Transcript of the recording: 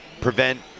prevent